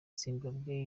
zimbabwe